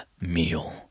meal